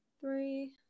three